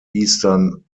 eastern